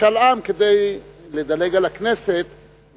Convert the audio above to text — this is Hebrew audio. משאל עם כדי לדלג על הכנסת,